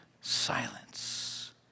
silence